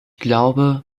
glaube